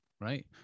right